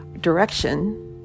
direction